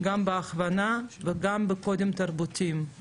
גם בהכוונה וגם בקודים תרבותיים.